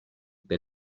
per